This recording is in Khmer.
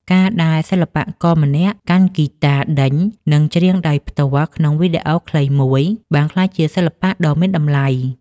ការដែលសិល្បករម្នាក់កាន់ហ្គីតាដេញ និងច្រៀងដោយផ្ទាល់ក្នុងវីដេអូខ្លីមួយ បានក្លាយជាសិល្បៈដ៏មានតម្លៃ។